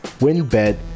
Winbet